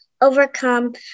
overcome